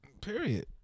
period